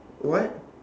what